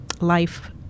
life